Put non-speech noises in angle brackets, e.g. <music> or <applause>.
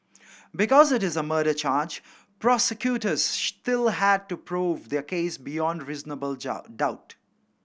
because it is a murder charge prosecutors still had to prove their case beyond reasonable <unintelligible> doubt